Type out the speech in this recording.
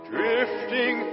Drifting